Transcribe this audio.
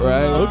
Right